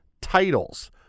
titles